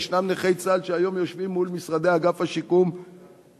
ישנם נכי צה"ל שהיום יושבים מול משרדי אגף השיקום ומפגינים,